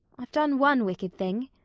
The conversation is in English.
i've done one wicked thing.